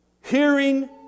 hearing